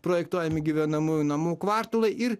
projektuojami gyvenamųjų namų kvartalai ir